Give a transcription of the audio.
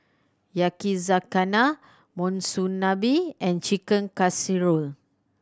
Yakizakana Monsunabe and Chicken Casserole